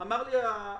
אמר לי המנכ"ל,